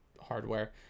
hardware